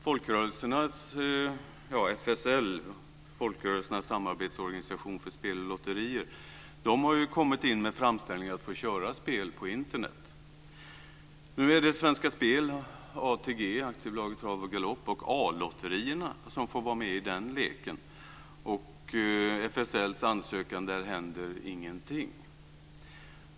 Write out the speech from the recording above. Folkrörelsernas samarbetsorganisation för lotterifrågor, FSL, har kommit in med framställningar om att få köra spel på Internet. Nu är det Svenska spel, ATG - Aktiebolaget Trav och Galopp - och A-lotterierna som får vara med i den leken. Men FSL:s ansökan händer det ingenting med.